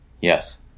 Yes